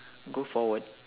go forward